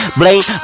blame